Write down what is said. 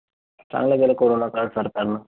चांगलं केलं कोरोना काळात सरकारनं